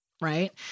Right